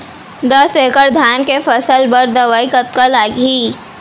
दस एकड़ धान के फसल बर दवई कतका लागही?